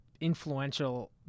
influential